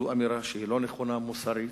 זו אמירה לא נכונה מבחינה מוסרית,